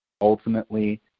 Ultimately